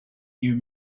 you